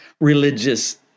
religious